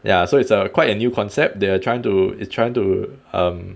ya so it's a quite a new concept they are trying to trying to um